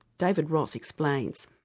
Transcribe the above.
david ross explains.